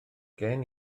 gen